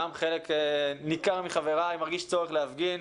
גם חלק ניכר מחבריי מרגיש צורך להפגין,